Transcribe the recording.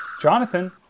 Jonathan